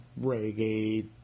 reggae